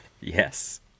Yes